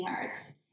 arts